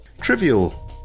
trivial